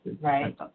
right